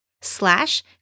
Slash